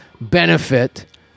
benefit